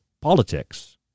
politics